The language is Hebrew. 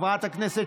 חברת הכנסת